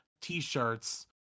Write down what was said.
t-shirts